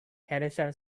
henderson